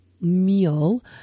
meal